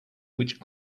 which